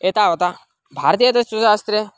एतावता भारतीयतत्त्वशास्त्रे